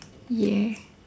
yeah